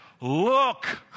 Look